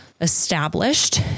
established